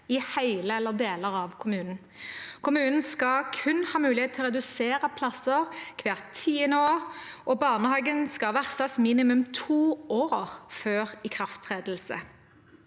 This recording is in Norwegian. i hele eller deler av kommunen. Kommunen skal kun ha mulighet til å redusere plasser hvert tiende år, og barnehagen skal varsles minimum to år før ikrafttredelse.